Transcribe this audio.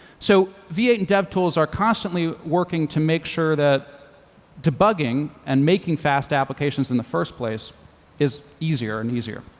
so v eight and devtools are constantly working to make sure that debugging and making fast applications in the first place is easier and easier.